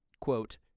Quote